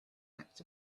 act